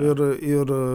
ir ir